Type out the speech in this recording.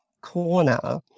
corner